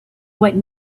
what